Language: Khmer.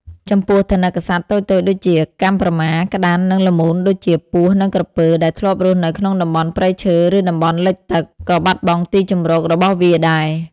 ចំពោះ ថនិកសត្វតូចៗដូចជា កាំប្រមា ក្តាន់ និងល្មូនដូចជា ពស់ និងក្រពើ ដែលធ្លាប់រស់នៅក្នុងតំបន់ព្រៃឈើ ឬតំបន់លិចទឹក ក៏បាត់បង់ទីជម្រករបស់វាដែរ។